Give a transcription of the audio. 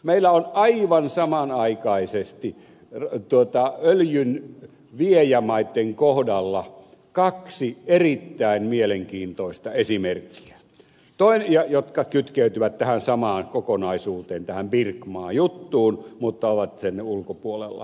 meillä on aivan samanaikaisesti öljynviejämaitten kohdalla kaksi erittäin mielenkiintoista esimerkkiä jotka kytkeytyvät tähän samaan kokonaisuuteen tähän bric maajuttuun mutta ovat sen ulkopuolella